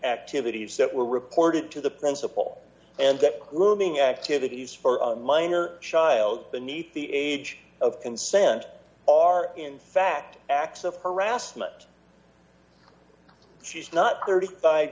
activities that were reported to the principal and that grooming activities for a minor child beneath the age of consent are in fact acts of harassment she's not thirty five